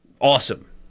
Awesome